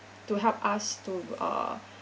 to help us to uh